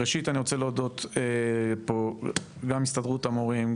ראשית אני רוצה להודות פה גם להסתדרות המורים,